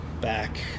back